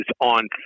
on